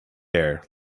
air